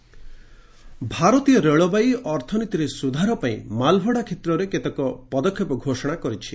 railway freight ଭାରତୀୟ ରେଳବାଇ ଅର୍ଥନୀତିରେ ସୁଧାର ପାଇଁ ମାଲ୍ଭଡ଼ା କ୍ଷେତ୍ରରେ କେତେକ ପଦକ୍ଷେପ ଘୋଷଣା କରିଛି